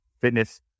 Fitness